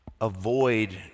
avoid